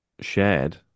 shared